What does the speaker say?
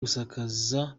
gusakaza